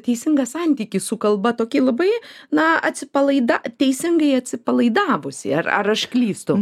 teisingą santykį su kalba tokį labai na atsipalaida teisingai atsipalaidavusi ir ar aš klystu